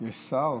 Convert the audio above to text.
יש שר?